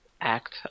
act